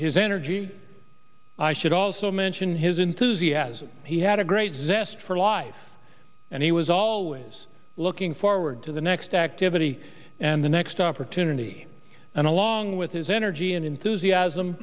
his energy i should also mention his enthusiasm he had a great zest for life and he was always looking forward to the next activity and the next opportunity and along with his energy and enthusiasm